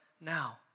now